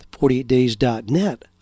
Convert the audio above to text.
48days.net